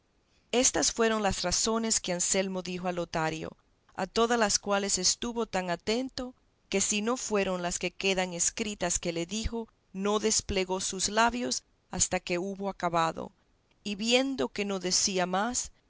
éstas fueron las razones que anselmo dijo a lotario a todas las cuales estuvo tan atento que si no fueron las que quedan escritas que le dijo no desplegó sus labios hasta que hubo acabado y viendo que no decía más